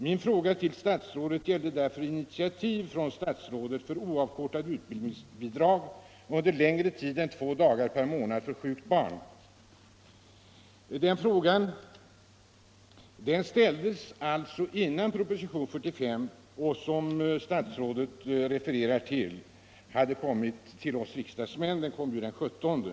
Min fråga till statsrådet gällde därför om statsrådet ämnade ta initiativ för att oavkortat utbildningsbidrag skall utgå under längre tid än två dagar per månad för vård av sjukt barn. Den frågan ställdes alltså innan proposition 45, som statsrådet refererar till, hade kommit oss riksdagsmän till handa. Den lades fram den 17 mars.